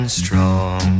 strong